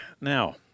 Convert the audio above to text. Now